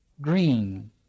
green